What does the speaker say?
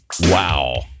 Wow